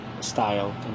style